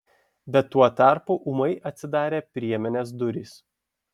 bet tuo tarpu ūmai atsidarė priemenės durys